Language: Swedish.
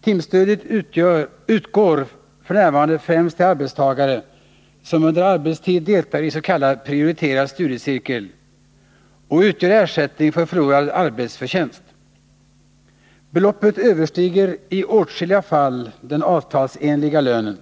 Timstudiestödet utgår f. n. främst till arbetstagare som under arbetstid deltar i s.k. prioriterad studiecirkel och utgör ersättning för förlorad arbetsförtjänst. Beloppet överstiger i åtskilliga fall den avtalsenliga lönen.